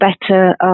better